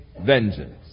vengeance